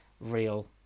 real